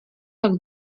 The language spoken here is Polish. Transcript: tak